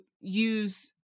use